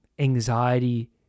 anxiety